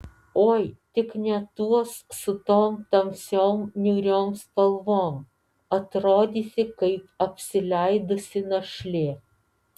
oi tik ne tuos su tom tamsiom niūriom spalvom atrodysi kaip apsileidusi našlė